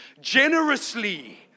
generously